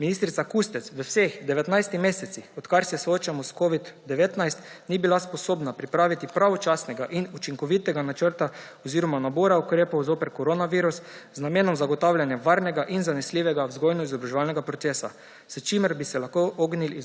Ministrica Kustec v vseh 19 mesecih, odkar se soočamo s covidom-19, ni bila sposobna pripraviti pravočasnega in učinkovitega načrta oziroma nabora ukrepov zoper koronavirus z namenom zagotavljanja varnega in zanesljivega vzgojno-izobraževalnega procesa, s čimer bi se lahko ognili